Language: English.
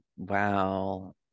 wow